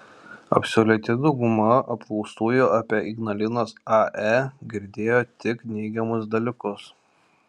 absoliuti dauguma apklaustųjų apie ignalinos ae girdėjo tik neigiamus dalykus